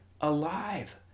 alive